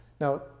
Now